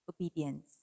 obedience